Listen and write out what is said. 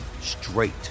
straight